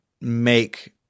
make